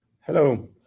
Hello